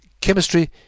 chemistry